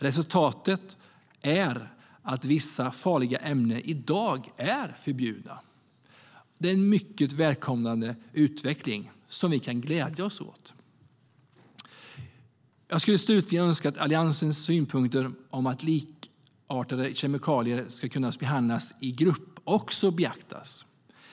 Resultatet är att vissa farliga ämnen i dag är förbjudna. Det är en välkommen utveckling som vi kan glädja oss åt. Jag skulle slutligen önska att Alliansens synpunkter om att likartade kemikalier ska kunna behandlas i grupp också beaktas.